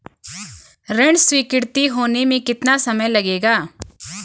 ऋण स्वीकृति होने में कितना समय लगेगा?